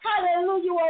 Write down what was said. Hallelujah